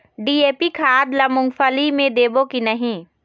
DAP खाद ला मुंगफली मे देबो की नहीं?